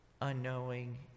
unknowing